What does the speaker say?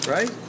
Right